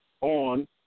on